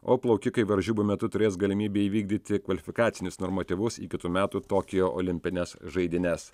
o plaukikai varžybų metu turės galimybę įvykdyti kvalifikacinius normatyvus į kitų metų tokijo olimpines žaidynes